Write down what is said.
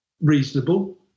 reasonable